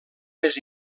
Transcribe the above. més